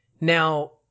Now